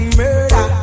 murder